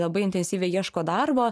labai intensyviai ieško darbo